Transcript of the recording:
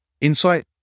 insight